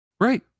right